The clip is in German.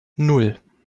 nan